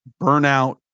burnout